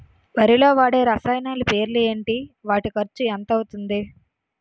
వరిలో వాడే రసాయనాలు పేర్లు ఏంటి? వాటి ఖర్చు ఎంత అవతుంది?